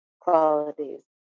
qualities